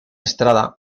estrada